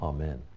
Amen